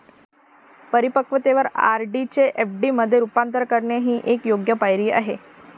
परिपक्वतेवर आर.डी चे एफ.डी मध्ये रूपांतर करणे ही एक योग्य पायरी आहे